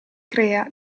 crea